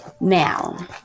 Now